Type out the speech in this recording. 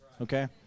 okay